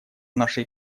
нашей